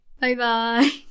Bye-bye